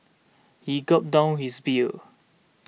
he gulped down his beer